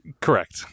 Correct